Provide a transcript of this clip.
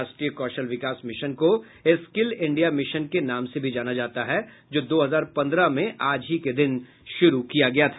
राष्ट्रीय कौशल विकास मिशन को स्क्लि इंडिया मिशन के नाम से भी जाना जाता है जो दो हजार पन्द्रह में आज ही के दिन शुरु किया गया था